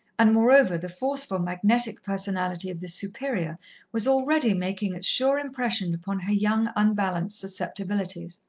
and moreover, the forceful, magnetic personality of the superior was already making its sure impression upon her young, unbalanced susceptibilities.